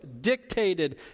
dictated